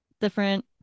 different